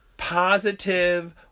Positive